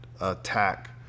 attack